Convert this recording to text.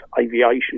aviation